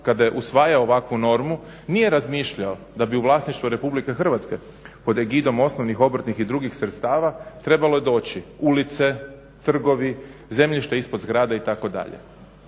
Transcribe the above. kada je usvajao ovakvu normu nije razmišljao da bi u vlasništvo RH pod egidom osnovnih obrtnih i drugih sredstava trebalo je doći ulice, trgovi, zemljište ispod zgrade itd.